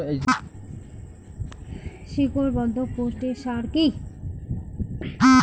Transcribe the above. শিকড় বর্ধক পুষ্টি সার কি?